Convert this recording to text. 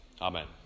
Amen